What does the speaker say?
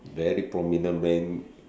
very prominent name